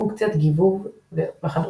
פונקציית גיבוב וכדומה.